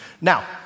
Now